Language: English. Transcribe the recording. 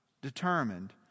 determined